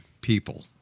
people